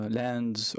lands